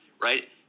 right